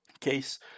Case